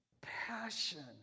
passion